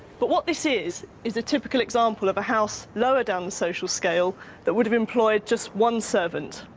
but what this is is a typical example of a house lower down the social scale that would have employed just one servant.